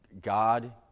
God